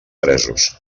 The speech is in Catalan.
presos